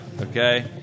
Okay